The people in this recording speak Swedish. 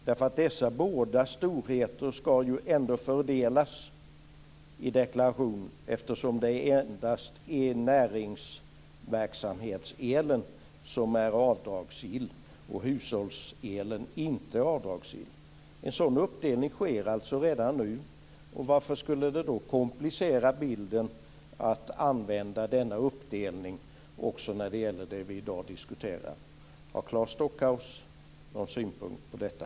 Dessa båda storheter ska ju ändå fördelas i deklarationen eftersom det endast är näringsverksamhetselen som är avdragsgill och hushållselen inte är avdragsgill. En sådan uppdelning sker alltså redan nu. Varför skulle det då komplicera bilden att använda denna uppdelning också när det gäller det vi i dag diskuterar? Har Claes Stockhaus någon synpunkt på detta?